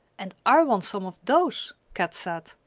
and i want some of those, kat said,